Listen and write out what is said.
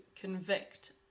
convict